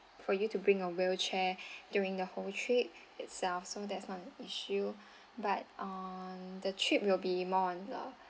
for you to bring a wheelchair during the whole trip itself so that's not an issue but um the trip we'll be more on the